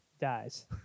dies